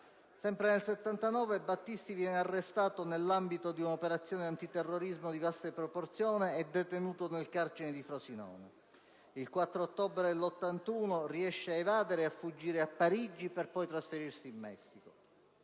Milano. Nel 1979, Battisti venne arrestato nell'ambito di un'operazione antiterrorismo di vaste proporzioni e detenuto nel carcere di Frosinone. Il 4 ottobre 1981 Battisti riuscì ad evadere e a fuggire a Parigi, per poi trasferirsi in Messico.